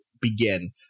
begin